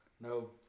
no